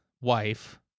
wife